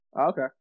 okay